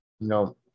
No